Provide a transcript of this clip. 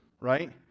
right